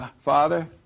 father